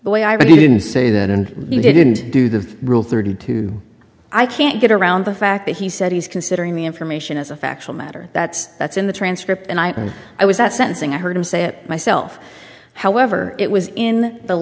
i didn't say that and you didn't do the rule thirty two i can't get around the fact that he said he's considering the information as a factual matter that's that's in the transcript and i i was at sentencing i heard him say it myself however it was in the